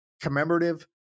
commemorative